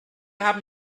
haben